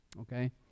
okay